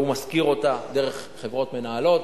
והוא משכיר אותה דרך חברות מנהלות.